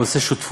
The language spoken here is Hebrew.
או עושה שותפות,